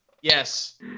Yes